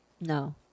no